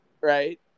Right